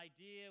idea